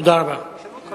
הפיקוח על המוצרים יחזור?